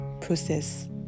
process